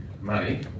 money